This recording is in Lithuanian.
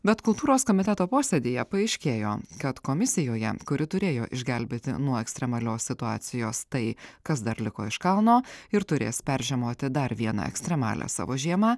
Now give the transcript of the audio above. bet kultūros komiteto posėdyje paaiškėjo kad komisijoje kuri turėjo išgelbėti nuo ekstremalios situacijos tai kas dar liko iš kalno ir turės peržiemoti dar vieną ekstremalią savo žiemą